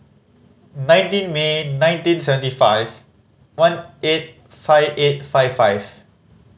nineteen May nineteen seventy five one eight five eight five five